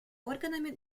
органами